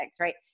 right